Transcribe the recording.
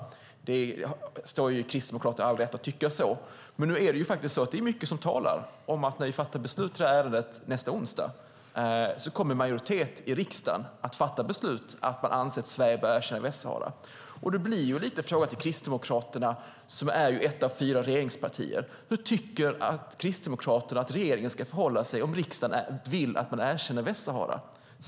Det står Kristdemokraterna fritt att tycka så, men när vi fattar beslut i detta ärende nästa onsdag är det mycket som talar för att en majoritet i riksdagen då kommer att fatta beslutet att Sverige bör erkänna Västsahara. Därför blir frågan till Kristdemokraterna, som är ett av de fyra regeringspartierna: Hur tycker Kristdemokraterna att regeringen ska förhålla sig om riksdagen vill att Sverige erkänner Västsahara?